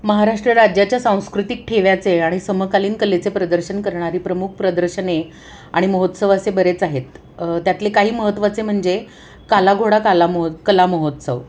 महाराष्ट्र राज्याच्या सांस्कृतिक ठेव्याचे आणि समकालीन कलेचे प्रदर्शन करणारी प्रमुख प्रदर्शने आणि महोत्सव असे बरेच आहेत त्यातले काही महत्त्वाचे म्हणजे कालाघोडा काला मोह कला महोत्सव